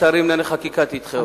ועדת שרים לענייני חקיקה תדחה אותו.